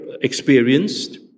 experienced